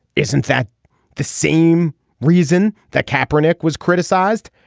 isn't that the same reason that cap renick was criticized.